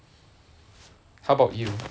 how about you